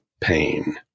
pain